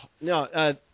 no